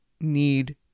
need